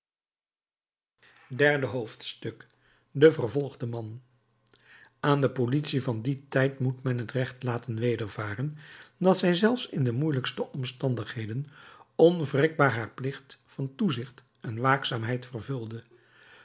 derde hoofdstuk de vervolgde man aan de politie van dien tijd moet men het recht laten wedervaren dat zij zelfs in de moeielijkste omstandigheden onwrikbaar haar plicht van toezicht en waakzaamheid vervulde